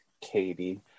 Katie